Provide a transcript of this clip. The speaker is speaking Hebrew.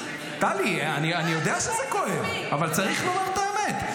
טלי, אני יודע שזה כואב, אבל צריך לומר את האמת.